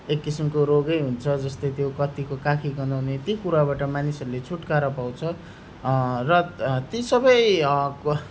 एक किसिमको रोगै हुन्छ जस्तै त्यो कतिको काखी गनाउने त्यो कुराबाट मानिसहरूले छुटकारा पाउँछ र ती सबैको को